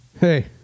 hey